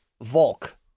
Volk